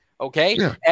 Okay